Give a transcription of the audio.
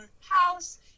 house